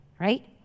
right